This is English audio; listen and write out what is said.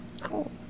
Cool